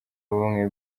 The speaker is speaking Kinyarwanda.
bumwe